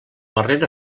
barrera